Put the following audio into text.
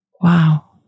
Wow